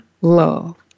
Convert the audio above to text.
love